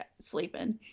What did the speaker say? sleeping